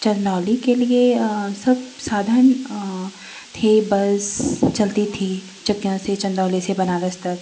चन्दौली के लिए सब साधन थे बस चलती थी चकियाँ से चन्दौली से बनारस तक